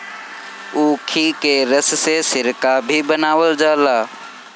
ऊखी के रस से सिरका भी बनावल जाला